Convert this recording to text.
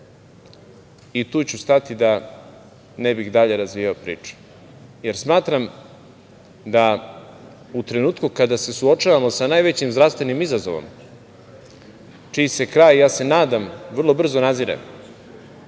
I tu ću stati, da ne bih dalje razvijao priču, jer smatram da u trenutku kada se suočavamo sa najvećim zdravstvenim izazovom, čiji se kraj, ja se nadam, vrlo brzo nazire,